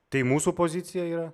tai mūsų pozicija yra